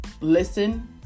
listen